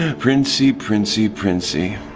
princey, princey, princey.